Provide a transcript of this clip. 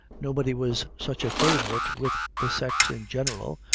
nobody was such a favorite with the sex in general,